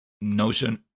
notion